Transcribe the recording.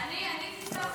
אני קיצרתי.